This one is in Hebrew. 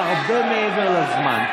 את הרבה מעבר לזמן.